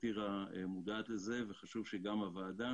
טירה מודעת לזה, וחשוב שגם הוועדה